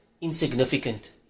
insignificant